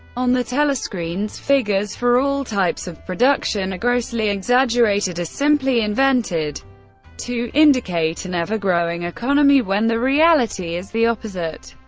on the telescreens, figures for all types of production are grossly exaggerated or ah simply invented to indicate an ever-growing economy, when the reality is the opposite.